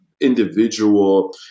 individual